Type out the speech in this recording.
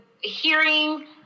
hearing